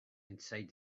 inside